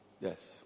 Yes